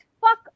Fuck